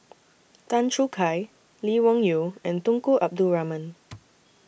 Tan Choo Kai Lee Wung Yew and Tunku Abdul Rahman